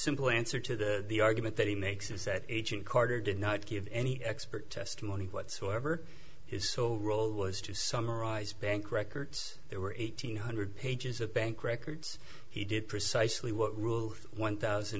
simple answer to the argument that he makes is that agent carter did not give any expert testimony whatsoever his sole role was to summarize bank records there were eight hundred pages of bank records he did precisely what rule one thousand